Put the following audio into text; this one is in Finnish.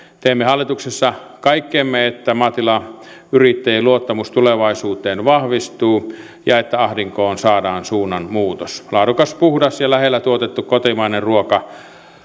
teemme hallituksessa kaikkemme että maatilayrittäjien luottamus tulevaisuuteen vahvistuu ja että ahdinkoon saadaan suunnanmuutos laadukas puhdas ja lähellä tuotettu kotimainen ruoka